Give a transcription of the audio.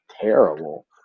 terrible